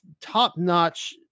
top-notch